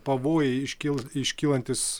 pavojai iškil iškylantys